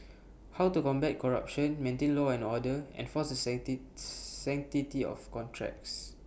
how to combat corruption maintain law and order enforce the city sanctity of contracts